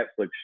Netflix